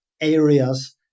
areas